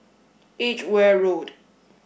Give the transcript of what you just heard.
Edgware Road